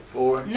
Four